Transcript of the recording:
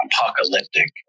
apocalyptic